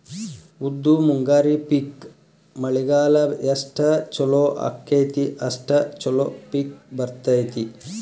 ಉದ್ದು ಮುಂಗಾರಿ ಪಿಕ್ ಮಳಿಗಾಲ ಎಷ್ಟ ಚಲೋ ಅಕೈತಿ ಅಷ್ಟ ಚಲೋ ಪಿಕ್ ಬರ್ತೈತಿ